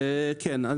כן.